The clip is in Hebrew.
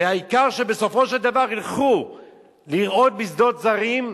והעיקר שבסופו של דבר ילכו לרעות בשדות זרים,